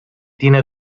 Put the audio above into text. tiene